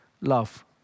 love